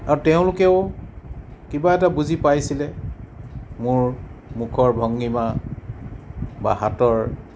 আৰু তেওঁলোকেও কিবা এটা বুজি পাইছিলে মোৰ মুখৰ ভংগীমা বা হাতৰ